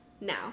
now